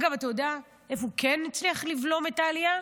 אגב, אתה יודע איפה הוא כן הצליח לבלום את העלייה?